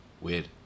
weird